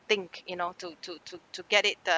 thing you know to to to to get it the